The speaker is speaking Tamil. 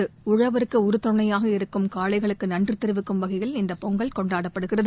டழவுக்கு உறுதுணையாக இருக்கும் காளைகளுக்கு நன்றி தெரிவிக்கும் வகையில் இந்த பொங்கல் கொண்டாடப்படுகிறது